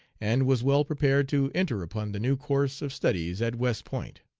and was well prepared to enter upon the new course of studies at west point.